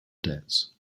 debts